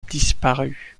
disparu